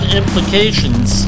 implications